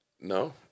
No